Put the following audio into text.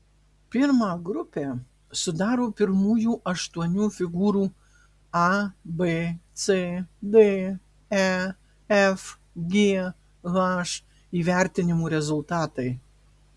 pirmą grupę sudaro pirmųjų aštuonių figūrų a b c d e f g h įvertinimų rezultatai